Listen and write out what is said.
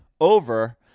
over